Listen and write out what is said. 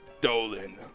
Dolan